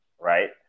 right